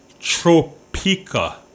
Tropica